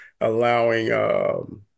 allowing –